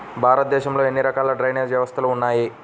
భారతదేశంలో ఎన్ని రకాల డ్రైనేజ్ వ్యవస్థలు ఉన్నాయి?